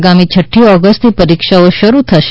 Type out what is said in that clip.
આગામી છઠ્ઠી ઓગસ્ટથી પરીક્ષાઓ શરૂ થશે